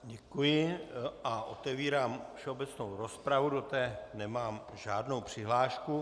Děkuji a otevírám všeobecnou rozpravu, do které nemám žádnou přihlášku.